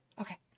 Okay